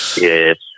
Yes